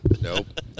Nope